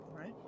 right